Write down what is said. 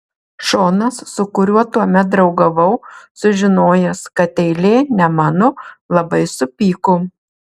šonas su kuriuo tuomet draugavau sužinojęs kad eilė ne mano labai supyko